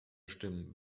stimmen